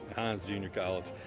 hinds junior college,